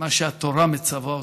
מה שהתורה מצווה אותנו,